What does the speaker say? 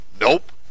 Nope